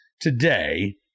today